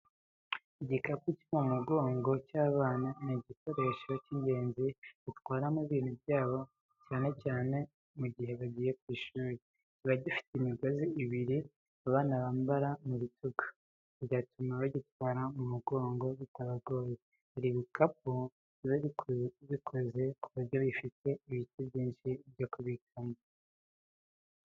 Igikapu cyo mu mugongo cy'abana, ni igikoresho cy’ingenzi batwaramo ibintu byabo, cyane cyane mu gihe bagiye ku ishuri. Kiba gifite imigozi ibiri abana bambara ku bitugu, bigatuma bagitwara mu mugongo bitabagoye. Hari n'ibikapu biba bikoze ku buryo bifite ibice byinshi byo kubikamo.